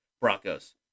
Broncos